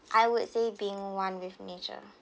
I would say being one with nature